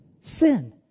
sin